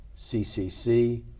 CCC